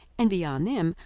and, beyond them,